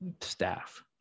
staff